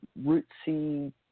rootsy